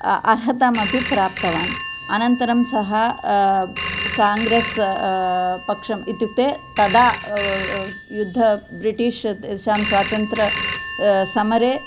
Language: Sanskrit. अर्हताम् अपि प्राप्तवान् अनन्तरं सः काङ्ग्रेस् पक्षं इत्युक्ते तदा युद्ध ब्रिटिश्शां स्वातन्त्र समरे